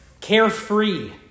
carefree